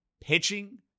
Pitching